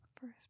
First